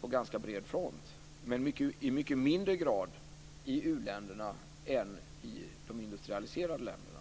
på ganska bred front - men i mycket lägre grad i u-länderna än i de industrialiserade länderna.